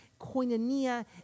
koinonia